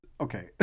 Okay